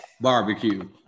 Barbecue